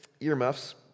earmuffs